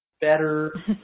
better